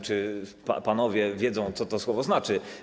Czy panowie wiedzą, co to słowo znaczy?